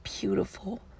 beautiful